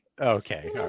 okay